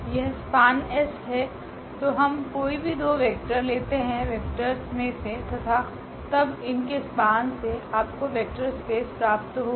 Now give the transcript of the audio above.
यह span S है तो हम कोई भी दो वेक्टर लेते है वेक्टर्स मे से तथा तब इनके स्पान से आपको वेक्टर स्पेस प्राप्त होगी